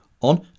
on